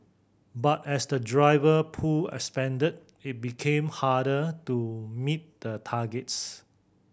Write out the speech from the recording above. but as the driver pool expanded it became harder to meet the targets